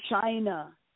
China